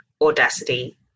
Audacity